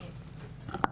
בבקשה.